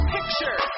Picture